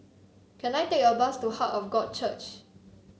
can I take a bus to Heart of God Church